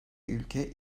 ülke